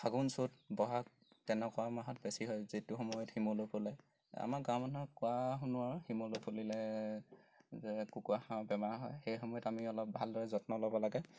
ফাগুণ চ'ত বহাগ তেনেকুৱা মাহত বেছি হয় যিটো সময়ত শিমলু ফুলে আমাৰ গাঁও মানুহক কোৱা শুনো আৰু শিমলু ফুলিলে যে কুকুৰা হাঁহৰ বেমাৰ হয় সেই সময়ত আমি অলপ ভালদৰে যত্ন ল'ব লাগে